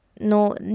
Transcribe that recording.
No